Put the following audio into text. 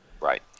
Right